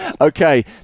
Okay